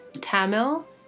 Tamil